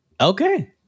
Okay